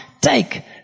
take